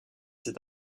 cet